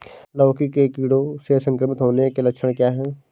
लौकी के कीड़ों से संक्रमित होने के लक्षण क्या हैं?